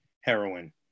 heroin